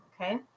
Okay